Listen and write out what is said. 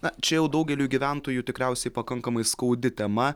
na čia jau daugeliui gyventojų tikriausiai pakankamai skaudi tema